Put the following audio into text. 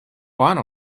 one